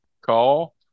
call